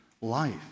life